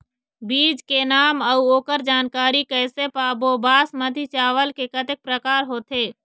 बीज के नाम अऊ ओकर जानकारी कैसे पाबो बासमती चावल के कतेक प्रकार होथे?